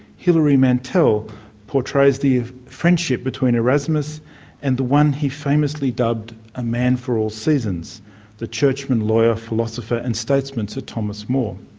hilary mantel portrays the friendship between erasmus and the one he famously dubbed a man for all seasons the churchman, lawyer, philosopher and statesman sir thomas more.